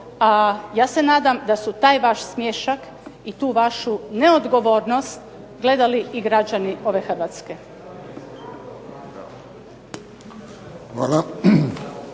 ja se nadam da su taj vaš smiješak i tu vašu neodgovornost gledali i građani ove Hrvatske.